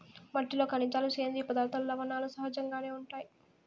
మట్టిలో ఖనిజాలు, సేంద్రీయ పదార్థాలు, లవణాలు సహజంగానే ఉంటాయి